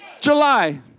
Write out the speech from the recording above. July